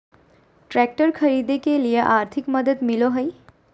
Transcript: Tractor खरीदे के लिए आर्थिक मदद मिलो है?